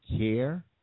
care